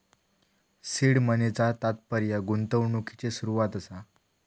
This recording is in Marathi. सीड मनीचा तात्पर्य गुंतवणुकिची सुरवात असा